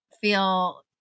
feel